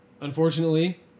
unfortunately